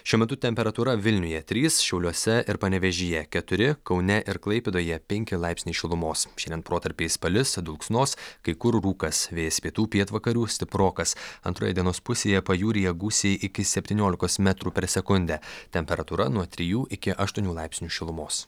šiuo metu temperatūra vilniuje trys šiauliuose ir panevėžyje keturi kaune ir klaipėdoje penki laipsniai šilumos šiandien protarpiais palis dulksnos kai kur rūkas vėjas pietų pietvakarių stiprokas antroje dienos pusėje pajūryje gūsiai iki septyniolikos metrų per sekundę temperatūra nuo trijų iki aštuonių laipsnių šilumos